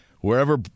wherever